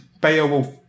Beowulf